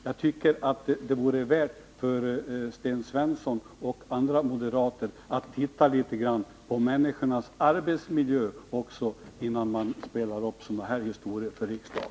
Jag tycker det vore mödan värt för Sten Svensson och andra moderater att titta litet på människornas arbetsmiljöer innan man spelar upp sådana här historier för riksdagen.